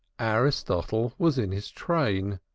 aristotle was in his train.